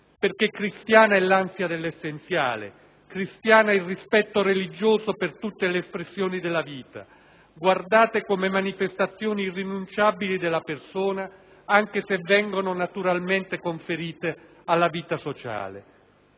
perché cristiana è l'ansia dell'essenziale, cristiano il rispetto religioso per tutte le espressioni della vita, guardate come manifestazioni irrinunciabili della persona, anche se vengono naturalmente conferite alla vita sociale.